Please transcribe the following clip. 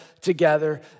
together